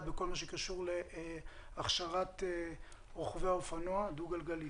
וכל מה שקשור להכשרת רוכבי האופנוע דו-גלגלי.